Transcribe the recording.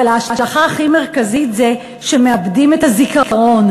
אבל ההשלכה הכי מרכזית היא שמאבדים את הזיכרון.